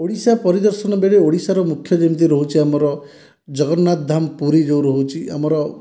ଓଡ଼ିଶା ପରିଦର୍ଶନ ବେଳେ ଓଡ଼ିଶାର ମୁଖ୍ୟ ଯେମିତି ରହୁଛି ଆମର ଜଗନ୍ନାଥ ଧାମ ପୁରୀ ଯେଉଁ ରହୁଛି ଆମର